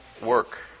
work